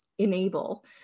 Enable